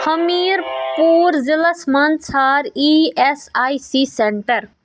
ۂمیٖرپوٗر ضِلعس مَنٛز ژھانڈ E S I C centre